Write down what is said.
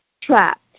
trapped